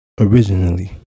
originally